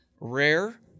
rare